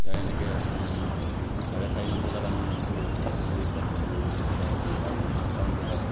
তাত এনেকৈ চাৰে চাৰিমান বজাত আমি এনেকৈ নাট্য মন্দিৰৰ ওচৰত সকলো এনেকৈ আহিছিল তাৰপিছত পাঁচটামান বজাত